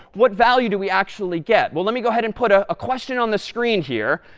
what value do we actually get? well, let me go ahead and put a question on the screen here,